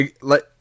let